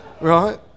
right